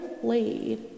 played